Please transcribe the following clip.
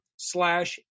Slash